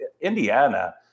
Indiana